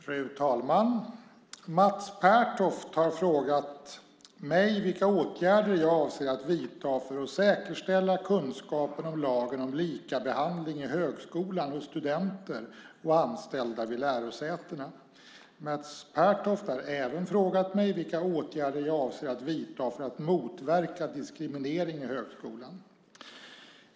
Fru talman! Mats Pertoft har frågat mig vilka åtgärder jag avser att vidta för att säkerställa kunskapen om lagen om likabehandling i högskolan hos studenter och anställda vid lärosätena. Mats Pertoft har även frågat mig vilka åtgärder jag avser att vidta för att motverka diskriminering i högskolan.